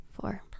Four